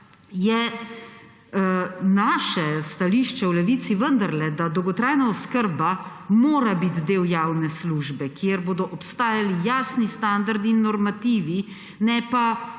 je naše stališče v Levici vendarle, da dolgotrajna oskrba mora biti del javne službe, kjer bodo obstajali jasni standardi in normativi; ne pa